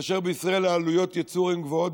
כאשר בישראל העלויות יצוא הן גבוהות,